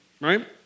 right